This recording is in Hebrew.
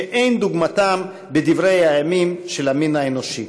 שאין כדוגמתם בדברי הימים של המין האנושי.